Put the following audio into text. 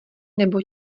nebo